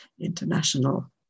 international